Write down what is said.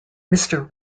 mister